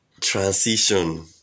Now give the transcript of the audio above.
transition